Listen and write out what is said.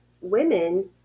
women